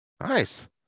nice